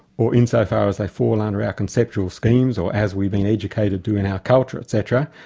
or insofar as they fall under our conceptual schemes or as we've been educated to in our culture etc,